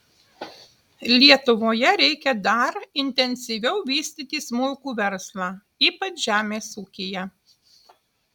lietuvoje reikia dar intensyviau vystyti smulkų verslą ypač žemės ūkyje